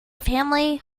family